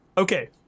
Okay